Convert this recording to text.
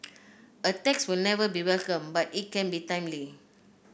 a tax will never be welcome but it can be timely